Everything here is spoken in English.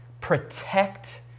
protect